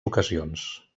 ocasions